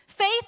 Faith